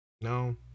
no